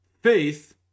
Faith